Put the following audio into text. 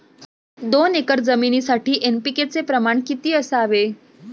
दोन एकर जमिनीसाठी एन.पी.के चे प्रमाण किती असावे?